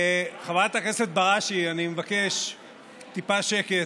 חברת הכנסת בראשי, אני מבקש טיפה שקט.